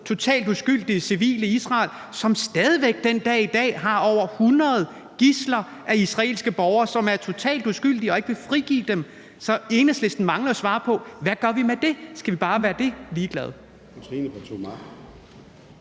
totalt uskyldige civile i Israel, som stadig væk den dag i dag har over 100 hundrede totalt uskyldige borgere som gidsler hos Hamas, som ikke vil frigive dem. Så Enhedslisten mangler at svare på, hvad vi gør med det. Skal vi bare være ligeglade